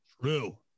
True